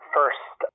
First